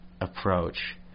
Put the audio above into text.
approach